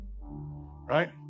right